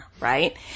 right